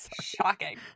Shocking